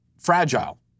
fragile